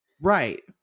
Right